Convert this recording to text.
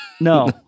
no